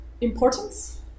Importance